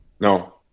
No